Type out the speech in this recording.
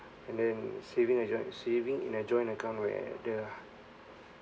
and then saving a joint saving in a joint account where the